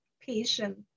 patient